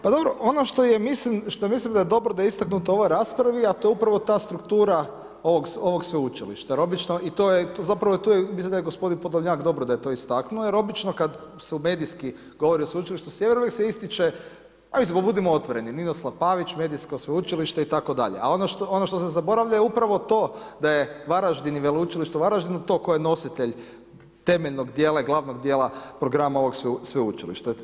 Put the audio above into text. Pa dobro, ono što mislim da je dobro da je istaknuto u ovoj raspravi, a to je upravo ta struktura ovog sveučilišta jer obično, tu je, mislim da je gospodin Podolnjak dobro da je to istaknuo jer obično kad se u medijski govori o Sveučilištu Sjever uvijek se ističe, mislim pa budimo otvoreni, Ninoslav Pavić, medijsko Sveučilište itd. a ono što se zaboravlja je upravo to da je Varaždin i Veleučilište u Varaždinu to koje je nositelj temeljnog djela i glavnog djela programa ovog sveučlilišta.